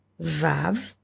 Vav